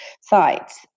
sites